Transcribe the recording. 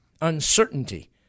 uncertainty